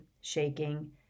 shaking